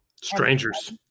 Strangers